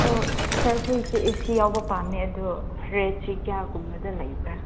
ꯑꯣ ꯁꯥꯔ ꯑꯩꯈꯣꯏꯁꯦ A C ꯌꯥꯎꯕ ꯄꯥꯝꯃꯦ ꯑꯗꯨ ꯔꯦꯠꯁꯤ ꯀꯌꯥꯒꯨꯝꯕꯗ ꯂꯩꯕ꯭ꯔꯥ